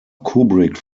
kubrick